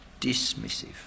dismissive